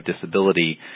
disability